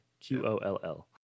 Q-O-L-L